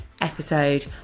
episode